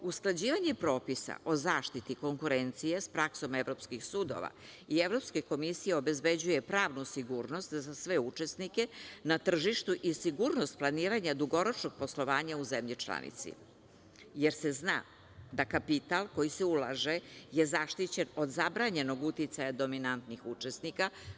Usklađivanje propisa o zaštiti konkurencije sa praksom evropskih sudova i Evropske komisije obezbeđuje pravnu sigurnost za sve učesnike na tržištu i sigurnost planiranja dugoročnog poslovanja u zemlji članici, jer se zna da kapital koji se ulaže je zaštićen od zabranjenog uticaja dominantnih učesnika.